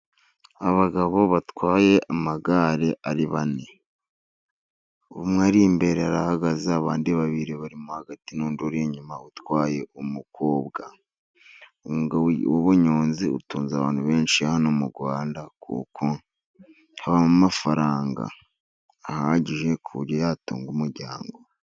Abagabo batwaye amagare ari bane. Umwe ari imbere arahagaze, abandi babiri barimo hagati n'undi uri inyuma utwaye umukobwa. Umwuga w'ubunyonzi utunze abantu benshi hano mu Rwanda, kuko haba amafaranga ahagije ku buryo yatunga umuryango.